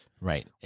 Right